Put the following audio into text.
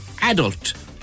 adult